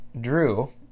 Drew